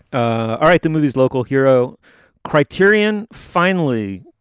ah all right. the movie's local hero criterion finally,